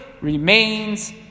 remains